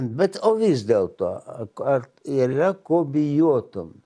bet o vis dėlto ar ar yra ko bijotum